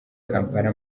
kampala